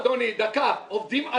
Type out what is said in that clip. בטונה אכן זה לא עבד.